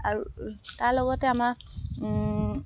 আৰু তাৰ লগতে আমাৰ